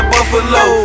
Buffalo